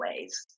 ways